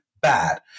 bad